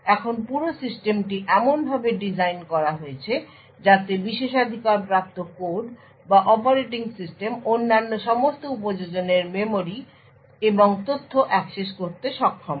এখন পুরো সিস্টেমটি এমনভাবে ডিজাইন করা হয়েছে যাতে বিশেষাধিকারপ্রাপ্ত কোড বা অপারেটিং সিস্টেম অন্যান্য সমস্ত উপযোজনের মেমরি এবং তথ্য অ্যাক্সেস করতে সক্ষম হয়